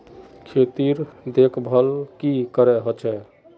खेतीर देखभल की करे होचे?